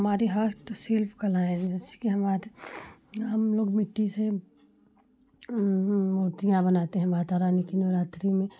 हमारी हस्त शिल्प कलाएँ जैसे कि हमारी हमलोग मिट्टी से मूर्तियाँ बनाते हैं माता रानी की नवरात्रि में